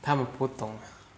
他们不同